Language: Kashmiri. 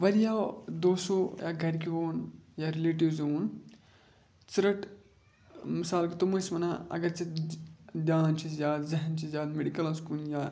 واریاہو دوسو یا گَرِکیو ووٚن یا رِلیٹِوزو ووٚن ژٕ رٹ مِثال کہِ تٕم ٲسۍ وَنان اگر ژےٚ دھیان چھِ زیادٕ ذہن چھِ زیادٕ میٚڈِکَلَس کُن یا